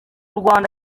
rwanda